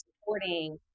supporting